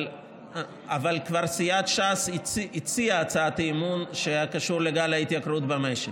אבל סיעת ש"ס כבר הציעה הצעת אי-אמון שהייתה קשורה לגל ההתייקרות במשק.